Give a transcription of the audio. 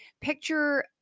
picture